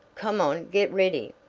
come on! get ready!